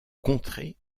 contrer